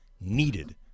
needed